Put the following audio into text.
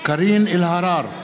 קארין אלהרר,